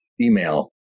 email